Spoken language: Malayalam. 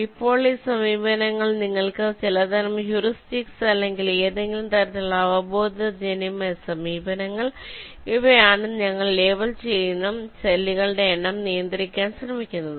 ഇപ്പോൾ ഈ സമീപനങ്ങൾ നിങ്ങൾക്ക് ചിലതരം ഹ്യൂറിസ്റ്റിക്സ് അല്ലെങ്കിൽ ഏതെങ്കിലും തരത്തിലുള്ള അവബോധജന്യമായ സമീപനങ്ങൾ ഇവയാണ് ഞങ്ങൾ ലേബൽ ചെയ്യുന്ന സെല്ലുകളുടെ എണ്ണം നിയന്ത്രിക്കാൻ ശ്രമിക്കുന്നത്